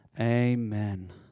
Amen